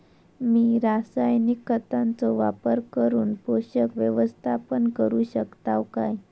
मी रासायनिक खतांचो वापर करून पोषक व्यवस्थापन करू शकताव काय?